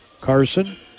Carson